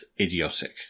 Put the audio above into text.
idiotic